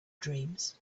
dreams